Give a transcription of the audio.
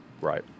Right